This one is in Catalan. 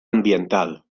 ambiental